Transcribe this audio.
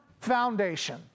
foundation